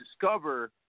discover